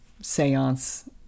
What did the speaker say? seance